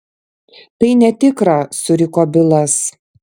tai netikra suriko bilas